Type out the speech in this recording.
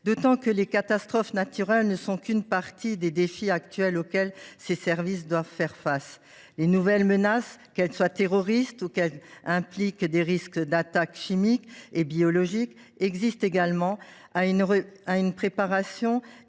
d’autant que les catastrophes naturelles ne sont qu’une partie des défis actuels auxquels ces services doivent faire face. Les nouvelles menaces, qu’elles soient terroristes ou qu’elles impliquent des risques d’attaques chimiques et biologiques, exigent également une préparation